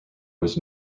was